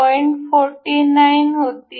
49 होती